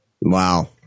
Wow